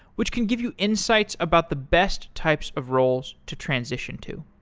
which can give you insights about the best types of roles to transition to.